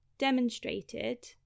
demonstrated